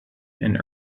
and